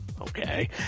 okay